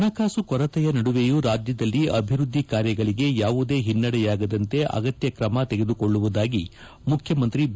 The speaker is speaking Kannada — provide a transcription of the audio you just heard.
ಹಣಕಾಸಿನ ಕೊರತೆಯ ನಡುವೆಯೂ ರಾಜ್ಯದಲ್ಲಿ ಅಭಿವೃದ್ದಿ ಕಾರ್ಯಗಳಗೆ ಯಾವುದೇ ಹಿನ್ನಡೆಯಾಗದಂತೆ ಅಗತ್ಯ ತ್ರಮ ತೆಗೆದುಕೊಳ್ಳುವುದಾಗಿ ಮುಖ್ಯಮಂತ್ರಿ ಬಿ